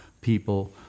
people